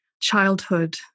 childhood